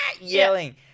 yelling